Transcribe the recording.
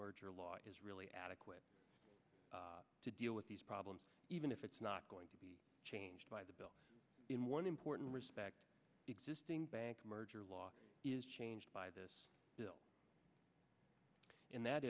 merger law is really adequate to deal with these problems even if it's not going to be changed by the bill in one important respect existing bank merger law is changed by this bill in that